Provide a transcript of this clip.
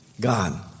God